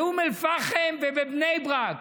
באום אל-פחם ובבני ברק,